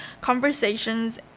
conversations